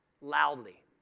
loudly